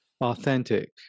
authentic